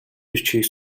бичгийг